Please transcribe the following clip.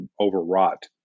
overwrought